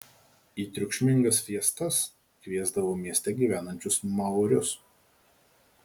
į triukšmingas fiestas kviesdavo mieste gyvenančius maorius